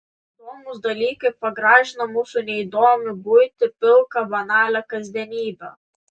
įdomūs dalykai pagražina mūsų neįdomią buitį pilką banalią kasdienybę